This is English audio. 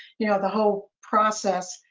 you know, the whole process.